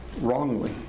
wrongly